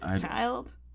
child